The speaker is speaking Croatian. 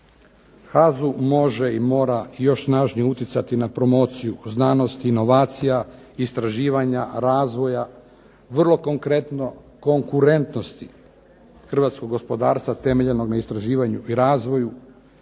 HAZU može i mora još snažnije utjecati na promociju znanosti, inovacija, istraživanja, razvoja. Vrlo konkretno konkurentnosti hrvatskog gospodarstva temeljenog na istraživanju i razvoju.